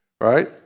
right